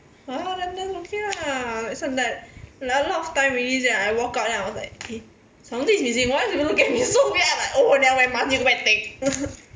!wow! then that's okay lah like a lot of time already sia I walk out then I was like eh something is missing why's people looking at me so weird then I'm like oh never wear mask need go back take